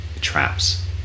traps